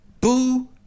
boo